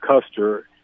Custer